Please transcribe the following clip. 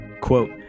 Quote